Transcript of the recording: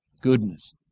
goodness